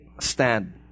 stand